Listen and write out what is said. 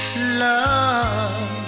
Love